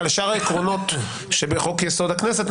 על שאר העקרונות שבחוק-יסוד: הכנסת,